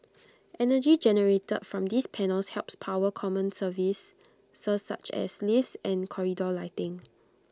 energy generated from these panels helps power common services such as lifts and corridor lighting